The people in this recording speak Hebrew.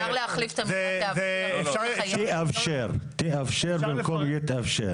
לאפשר במקום היא תאפשר.